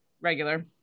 Regular